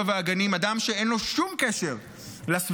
והגנים אדם שאין לו שום קשר לסביבה,